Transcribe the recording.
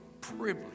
privilege